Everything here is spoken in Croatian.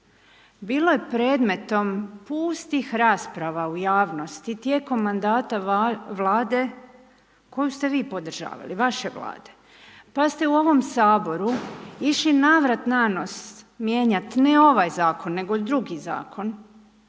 bilo je predmetom, pustih rasprava u javnosti, tijekom mandata Vlade koju ste vi podržavali, vaše Vlade, pa ste u ovom Saboru, išli navrat na nos, manjiti ne ovaj zakon, nego drugi zakon,